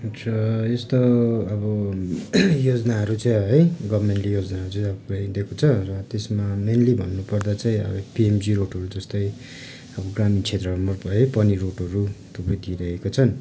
अच्छा यस्ता अब योजनाहरू चाहिँ है गभर्मेन्टले योजनाहरू चाहिँ अब पुऱ्याइइदिएको छ र त्यसमा मेनली भन्नुपर्दा चाहिँ पिएमजी रोडहरू जस्तै अब ग्रामीण क्षेत्रहरूमा है पोनी रोडहरू थुप्रै दिइरहेका छन्